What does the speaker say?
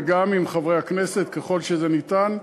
וגם עם חברי הכנסת ככל שזה ניתן,